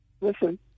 Listen